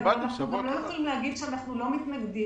אנחנו לא יכולים להגיד שאנחנו לא מתנגדים